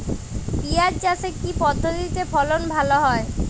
পিঁয়াজ চাষে কি পদ্ধতিতে ফলন ভালো হয়?